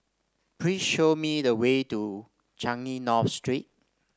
please show me the way to Changi North Street